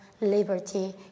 liberty